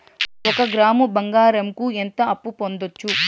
ఒక గ్రాము బంగారంకు ఎంత అప్పు పొందొచ్చు